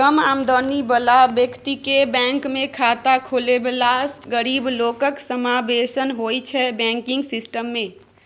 कम आमदनी बला बेकतीकेँ बैंकमे खाता खोलबेलासँ गरीब लोकक समाबेशन होइ छै बैंकिंग सिस्टम मे